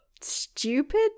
stupid